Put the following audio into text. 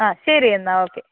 ആ ശരിയെന്നാൽ ഓക്കെ